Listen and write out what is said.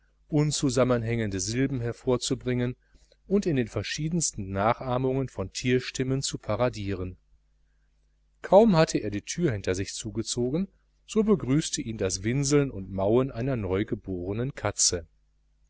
unzusammenhängende silben hervorzubringen und in den verschiedensten nachahmungen von tierstimmen zu paradieren kaum hatte er die tür hinter sich zugezogen so begrüßte ihn das winseln und mauen einer neugeborenen katze